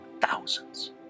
thousands